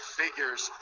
figures